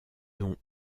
dons